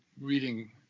reading